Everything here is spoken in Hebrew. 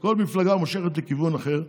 כל מפלגה מושכת לכיוון אחר.